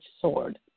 sword